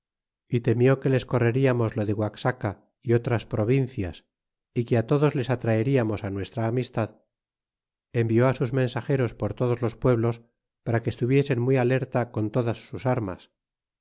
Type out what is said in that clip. y temió que les correriamos lo de guaxaca y otras provincias y que todos les atraeriamos nuestra amistad envió á sus mensageros por todos los pueblos para que estuviesen muy alerta con todas sus armas